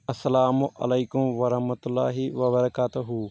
السلام علیکم ورحمۃ اللہ وبرکاتہ